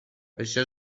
això